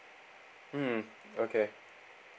mm okay